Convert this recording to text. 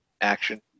Action